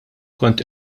kont